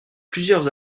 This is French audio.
plusieurs